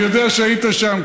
אני יודע שהיית שם.